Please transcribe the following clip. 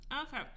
Okay